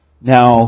now